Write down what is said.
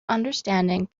understanding